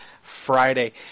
Friday